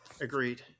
Agreed